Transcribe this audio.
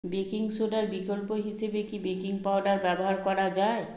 baking সোডার বিকল্প হিসেবে কি বেকিং পাউডার ব্যবহার করা যায়